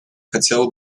хотела